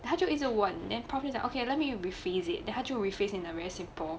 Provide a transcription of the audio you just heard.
他就一直问 then prof 就讲 okay let me rephrase it then 他就 rephrase in a very simple